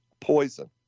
poison